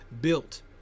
built